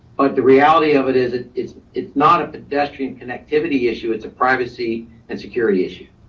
but the reality of it is that it's it's not a pedestrian connectivity issue, it's a privacy and security issue.